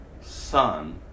Son